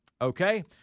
Okay